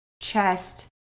chest